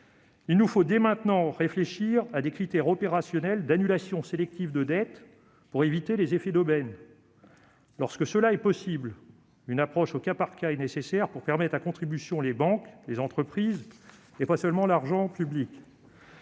Nous devons dès maintenant réfléchir à des critères opérationnels d'annulation sélective de dettes pour éviter les effets d'aubaine. Lorsque cela est possible, une approche au cas par cas est nécessaire pour mettre à contribution non pas seulement l'argent public,